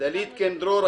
דלית קן דרור,